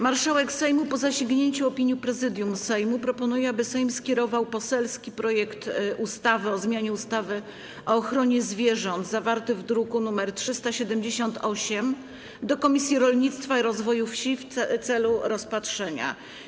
Marszałek Sejmu, po zasięgnięciu opinii Prezydium Sejmu, proponuje, aby Sejm skierował poselski projekt ustawy o zmianie ustawy o ochronie zwierząt zawarty w druku nr 378 do Komisji Rolnictwa i Rozwoju Wsi w celu rozpatrzenia.